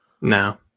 No